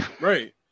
Right